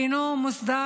עדיין אינו מוסדר.